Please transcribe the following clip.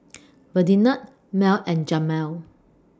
Ferdinand Mell and Jamal